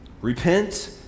Repent